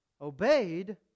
obeyed